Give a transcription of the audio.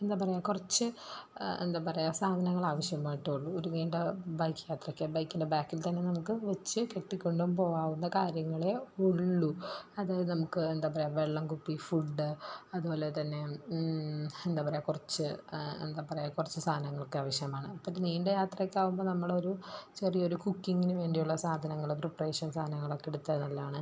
എന്താ പറയാ കുറച്ച് എന്താ പറയാ സാധനങ്ങൾ ആവശ്യമായിട്ടുള്ളൂ ഒരു നീണ്ട ബൈക്ക് യാത്രയ്ക്ക് ബൈക്കിൻ്റെ ബാക്കിൽ തന്നെ നമുക്ക് വെച്ച് കെട്ടി കൊണ്ട് പോവാവുന്ന കാര്യങ്ങളേ ഉള്ളൂ അതായത് നമുക്ക് എന്താ പറയാ വെള്ളം കുപ്പി ഫുഡ് അതുപോലെ തന്നെ എന്താ പറയാ കുറച്ച് എന്താ പറയാ കുറച്ച് സാധനങ്ങൾ ഒക്കെ ആവശ്യമാണ് അപ്പമൊരു നീണ്ട യാത്രക്കാവുമ്പോൾ നമ്മൾ ഒരു ചെറിയൊരു കുക്കിംഗിന് വേണ്ടിയുള്ള സാധനങ്ങളും പ്രിപ്പറേഷൻ സാധനങ്ങൾ ഒക്കെ എടുത്താൽ അത് നല്ലത് ആണ്